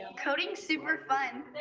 coding's super fun,